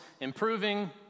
improving